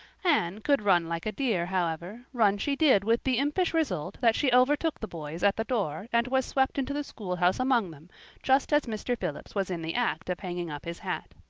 anne could run like a deer, however run she did with the impish result that she overtook the boys at the door and was swept into the schoolhouse among them just as mr. phillips was in the act of hanging up his hat.